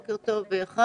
בוקר טוב חיים,